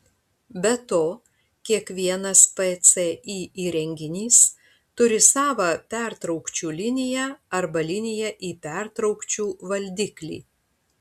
be to kiekvienas pci įrenginys turi savą pertraukčių liniją arba liniją į pertraukčių valdiklį